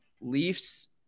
Leafs